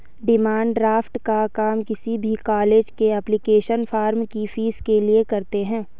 demand draft का काम किसी भी कॉलेज के एप्लीकेशन फॉर्म की फीस के लिए करते है